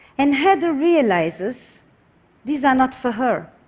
and heather realizes these are not for her.